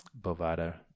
Bovada